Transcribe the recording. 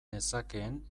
nezakeen